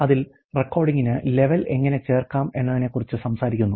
അതിൽ റെക്കോർഡിംഗിന് ലെവൽ എങ്ങനെ ചേർക്കാം എന്നതിനെക്കുറിച്ച് സംസാരിക്കുന്നു